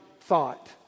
thought